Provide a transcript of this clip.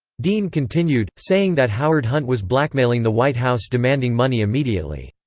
dean continued, saying that howard hunt was blackmailing the white house demanding money immediately.